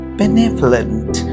benevolent